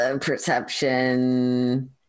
Perception